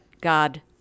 God